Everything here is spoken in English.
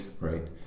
right